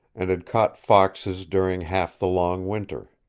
and had caught foxes during half the long winter.